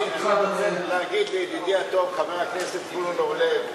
רק רציתי להגיד לידידי הטוב חבר הכנסת זבולון אורלב,